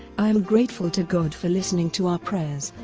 i am grateful to god for listening to our prayers.